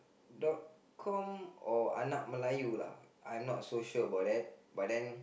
dot com or I'm not so sure about that but then